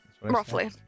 Roughly